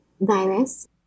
virus